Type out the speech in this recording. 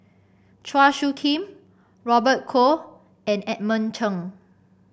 Chua Soo Khim Robert Goh and Edmund Cheng